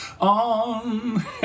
on